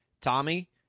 Tommy